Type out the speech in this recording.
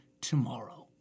tomorrow